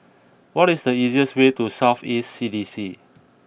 what is the easiest way to South East C D C